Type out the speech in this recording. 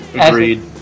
Agreed